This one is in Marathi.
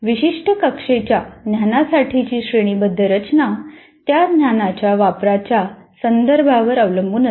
विशिष्ट कक्षेच्या ज्ञानासाठीची श्रेणीबद्ध रचना त्या ज्ञानाच्या वापराच्या संदर्भावर अवलंबून असते